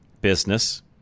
business